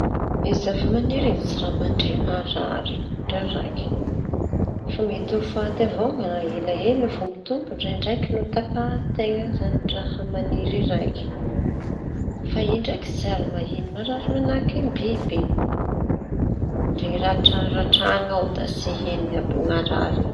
Ny zava maniry iñy tsy raha mandre marary, ndra raiky fa mety ho faty avao no raha ela ela vao mitombo ndraindraiky no tapahin-teña izañy raha maniry raiky; fa io ndraiky tsy ary maheno marary manahaky biby iñy ndre ratraratrañao da tsy henony àby marary.